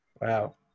Wow